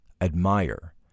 admire